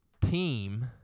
team